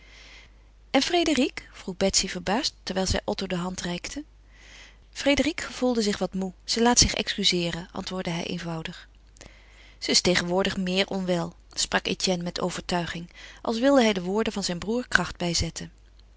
en frédérique vroeg betsy verbaasd terwijl zij otto de hand reikte frédérique gevoelde zich wat moê ze laat zich excuzeeren antwoordde hij eenvoudig ze is tegenwoordig meer onwel sprak etienne met overtuiging als wilde hij de woorden van zijn broêr kracht bijzetten